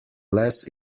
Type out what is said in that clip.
less